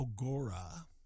Agora